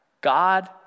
God